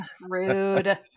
rude